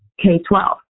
K-12